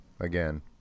again